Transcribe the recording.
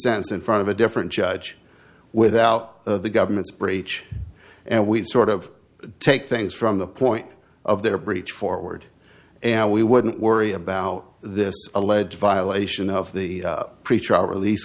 response in front of a different judge without the government's breach and we sort of take things from the point of their breach forward and we wouldn't worry about this alleged violation of the pretrial release